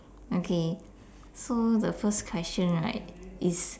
okay so the first question right is